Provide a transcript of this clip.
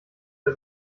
bei